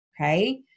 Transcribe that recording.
Okay